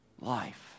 life